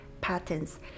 patterns